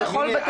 תאמיני לי,